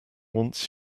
wants